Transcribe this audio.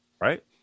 right